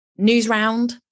Newsround